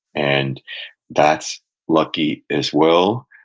and that's lucky as well.